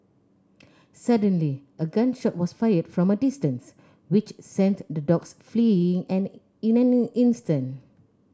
suddenly a gun shot was fired from a distance which sent the dogs fleeing in and in an instant